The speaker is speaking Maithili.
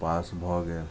पास भऽ गेल